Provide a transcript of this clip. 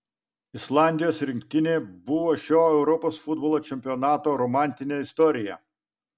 islandijos rinktinė buvo šio europos futbolo čempionato romantinė istorija